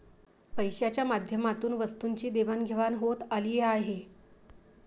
पैशाच्या माध्यमातून वस्तूंची देवाणघेवाण होत आली आहे